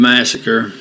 Massacre